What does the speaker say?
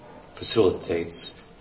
facilitates